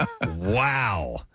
Wow